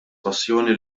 passjoni